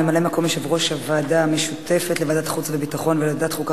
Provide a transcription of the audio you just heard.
ממלא-מקום יושב-ראש הוועדה המשותפת לוועדת החוץ והביטחון ולוועדת החוקה,